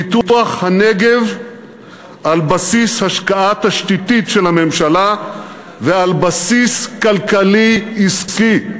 פיתוח הנגב על בסיס השקעה תשתיתית של הממשלה ועל בסיס כלכלי עסקי.